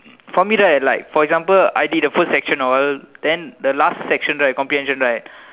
for me right like for example I did the first section all then the last section right comprehension right